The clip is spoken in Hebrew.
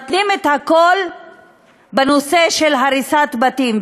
מתנים את הכול בנושא של הריסת בתים.